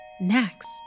Next